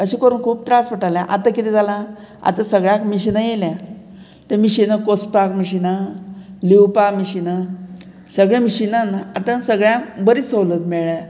अशें करून खूब त्रास पडटाले आतां कितें जालां आतां सगळ्याक मिशिनां येयल्या तें मिशिनां कोसपाक मिशिनां लिवपा मिशिनां सगळ्या मिशिनान आतां सगळ्यांक बरी सवलत मेळ्ळ्या